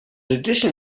addition